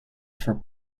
for